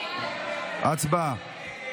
הצבעה.